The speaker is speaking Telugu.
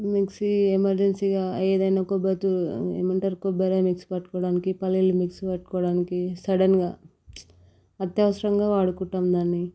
మిక్సీ ఎమర్జెన్సీగా ఏదైనా కొబ్బరి ఏమంటారు కొబ్బరి మిక్సీ పట్టుకోవడానికి పల్లీలు మిక్సీ పట్టుకోవడానికి సడన్గా అత్యవసరంగా వాడుకుంటాము దాన్ని